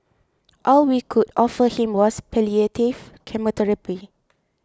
all we could offer him was palliative chemotherapy